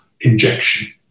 injection